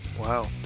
Wow